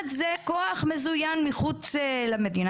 זה כוח מזוין מחוץ למדינה.